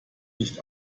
nicht